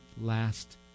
last